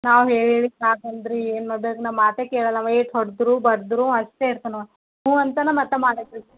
ನಾವು ಹೇಳಿ ಹೇಳಿ ಸಾಕು ಅಲ್ದೆ ರೀ ಏನು ಮಾಡ್ಬೇಕು ನಮ್ಮ ಮಾತೇ ಕೇಳೋಲ್ಲ ಅವ ಏಟು ಹೋಡೆದ್ರು ಬಡಿದ್ರು ಅಷ್ಟೇ ಇರ್ತನೆ ಅವ ಹ್ಞೂ ಅಂತನೆ ಮತ್ತ ಮಾಡೋ ಕೆಲ್ಸ